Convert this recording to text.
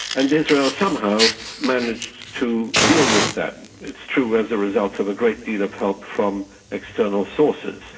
and israel somehow managed to deal with that, it's true as a result of a great deal of help from external sources.